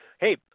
Hey